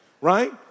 Right